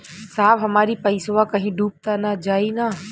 साहब हमार इ पइसवा कहि डूब त ना जाई न?